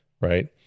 right